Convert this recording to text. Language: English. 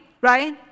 right